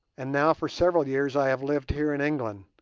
and now for several years i have lived here in england,